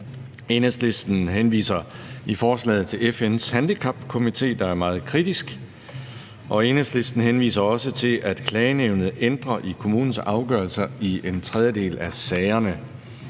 Enhedslisten henviser i forslaget til FN's handicapkomité, der er meget kritisk, og Enhedslisten henviser også til, at klagenævnet ændrer i kommunens afgørelser i en tredjedel af sagerne.